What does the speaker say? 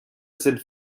sind